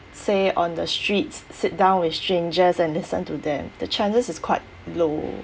say on the streets sit down with strangers and listen to them the chances is quite low